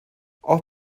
auch